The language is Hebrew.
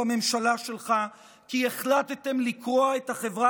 ובממשלה שלך כי החלטתם לקרוע את החברה